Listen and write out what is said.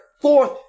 fourth